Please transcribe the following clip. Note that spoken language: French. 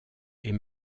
est